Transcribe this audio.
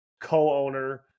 co-owner